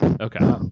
Okay